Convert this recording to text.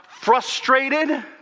frustrated